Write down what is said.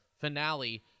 finale